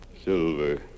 Silver